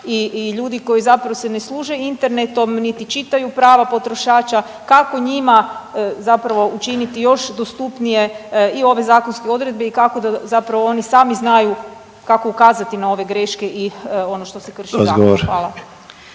i ljudi koji zapravo se ne služe internetom niti čitaju prava potrošača, kako njima zapravo učiniti još dostupnije i ove zakonske odredbe i kako da zapravo oni sami znaju kako ukazati na ove greške i ono što se krši zakonom? Hvala.